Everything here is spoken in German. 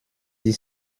die